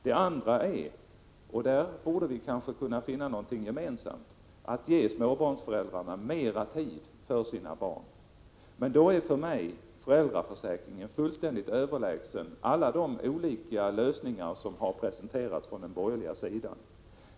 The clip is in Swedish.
Den andra uppgiften — och där borde vi kanske kunna finna någonting gemensamt — är att ge småbarnsföräldrarna mera tid för sina barn. Men då är enligt min mening föräldraförsäkringen fullständigt överlägsen alla de olika lösningar som har presenterats från den borgerliga sidan.